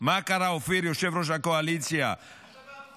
מה קרה, אופיר, יושב-ראש הקואליציה הפעיל?